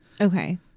Okay